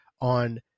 on